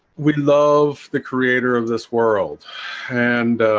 we love the creator of this world and